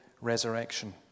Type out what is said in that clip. resurrection